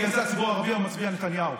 בגלל זה הציבור הערבי היום מצביע נתניהו.